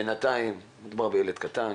מדובר בילד קטן